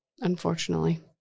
Unfortunately